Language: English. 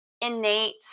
innate